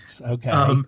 Okay